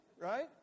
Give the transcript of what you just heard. right